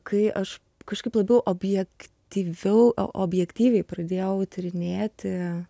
kai aš kažkaip labiau objektyviau objektyviai pradėjau tyrinėti